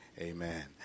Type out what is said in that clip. Amen